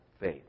faith